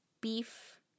Beef